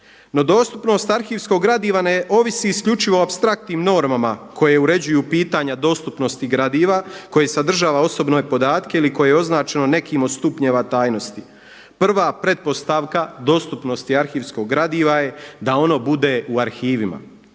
No, dostupnost arhivskog gradiva ne ovisi isključivo o apstraktnim normama koje uređuju pitanja dostupnosti gradiva koje sadržava osobne podatke ili koje je označeno nekim od stupnjeva tajnosti. Prva pretpostavka dostupnosti arhivskog gradiva je da ono bude u arhivima.